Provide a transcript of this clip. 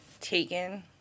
taken